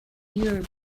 newer